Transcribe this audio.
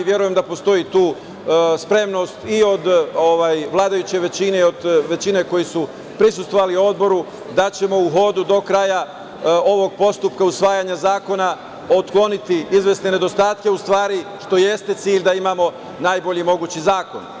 Verujem da postoji tu spremnost i od vladajuće većine i od većine koja je prisustvovala odboru, da ćemo u hodu do kraja ovog postupka usvajanja zakona otkloniti izvesne nedostatke, što i jeste cilj, da imamo najbolji mogući zakon.